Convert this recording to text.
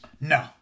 No